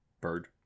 bird